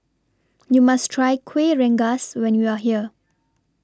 YOU must Try Kueh Rengas when YOU Are here